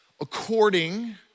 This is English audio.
according